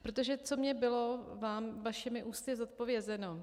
Protože co mně bylo vašimi ústy zodpovězeno.